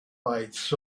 bites